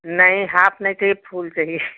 नहीं हाफ नहीं चाहिए फूल चाहिए